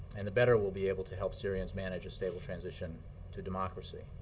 and the better we'll be able to help syrians manage a stable transition to democracy.